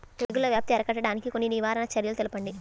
తెగుళ్ల వ్యాప్తి అరికట్టడానికి కొన్ని నివారణ చర్యలు తెలుపండి?